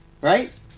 Right